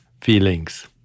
feelings